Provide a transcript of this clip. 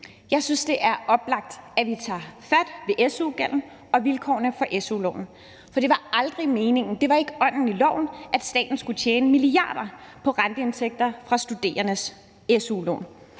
Jeg synes, det er oplagt, at vi tager fat i su-gælden og vilkårene for su-loven, for det var aldrig meningen, det var ikke ånden i loven, at staten skulle tjene milliarder på renteindtægter fra studerendes su-lån.